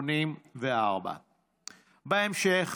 1984. בהמשך